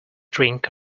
drink